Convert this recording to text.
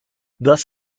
thus